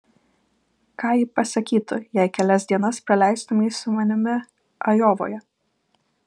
ką ji pasakytų jei kelias dienas praleistumei su manimi ajovoje